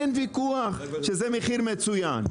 אין ויכוח שזה מחיר מצוין,